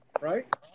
Right